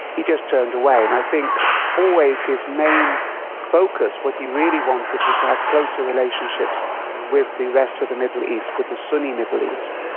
he just turned away. and i think always his main focus, what he really wanted was to have closer relationships with the rest of the middle east, with the sunni middle east.